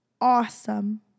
awesome